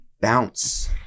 Bounce